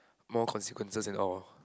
more consequences and all